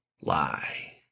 lie